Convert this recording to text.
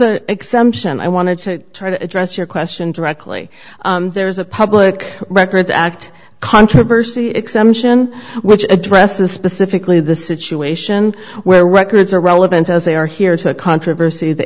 an exemption i wanted to try to address your question directly there is a public records act controversy exemption which addresses specifically the situation where records are relevant as they are here to a controversy the